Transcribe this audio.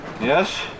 Yes